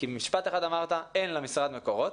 כי במשפט אחד אמרת שאין למשרד מקורות